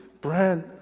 brand